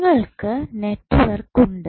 നിങ്ങൾക്കു നെറ്റ്വർക്ക് ഉണ്ട്